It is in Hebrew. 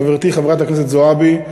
חברתי חברת הכנסת זועבי,